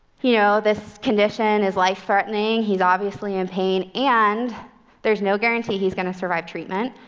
you know, this condition is life-threatening. he's obviously in pain, and there's no guarantee he's going to survive treatment.